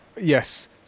Yes